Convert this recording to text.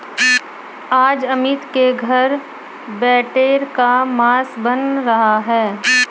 आज अमित के घर बटेर का मांस बन रहा है